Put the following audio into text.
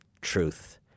truth